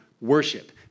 worship